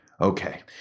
Okay